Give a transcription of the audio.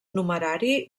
numerari